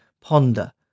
ponder